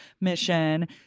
mission